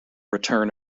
return